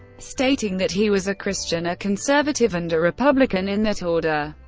stating that he was a christian, a conservative, and a republican, in that order.